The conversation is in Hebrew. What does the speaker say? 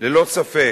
ללא ספק.